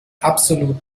absolut